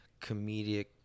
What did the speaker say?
comedic